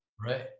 Right